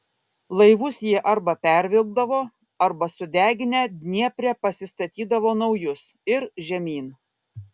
laivus jie arba pervilkdavo arba sudeginę dniepre pasistatydavo naujus ir žemyn